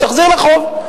שתחזיר חוב.